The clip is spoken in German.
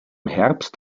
herbst